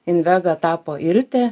invega tapo iltie